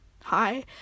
hi